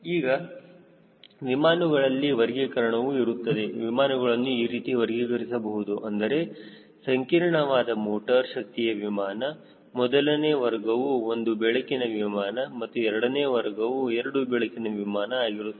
ಈಗ ವಿಮಾನಗಳಲ್ಲಿ ವರ್ಗೀಕರಣವು ಇರುತ್ತದೆ ವಿಮಾನಗಳನ್ನು ಈ ರೀತಿಯಲ್ಲಿ ವರ್ಗೀಕರಿಸಬಹುದು ಅಂದರೆ ಸಂಕೀರ್ಣವಾದ ಮೋಟರ್ ಶಕ್ತಿಯ ವಿಮಾನ ಮೊದಲನೇ ವರ್ಗವು ಒಂದು ಬೆಳಗಿನ ವಿಮಾನ ಮತ್ತು ಎರಡನೇ ವರ್ಗವು ಎರಡು ಬೆಳಕಿನ ವಿಮಾನ ಆಗಿರುತ್ತದೆ